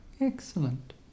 Excellent